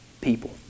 people